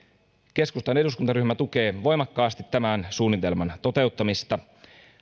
keskustan eduskuntaryhmä tukee voimakkaasti tämän suunnitelman toteuttamista